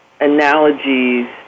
analogies